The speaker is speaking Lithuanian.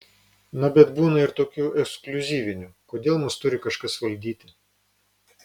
na bet būna ir tokių ekskliuzyvinių kodėl mus turi kažkas valdyti